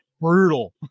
brutal